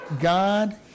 God